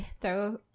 throw